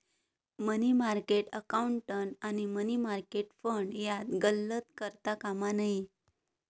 मनी market account आणि money market fund यात गल्लत करता कामा नये